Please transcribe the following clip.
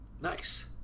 Nice